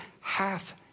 half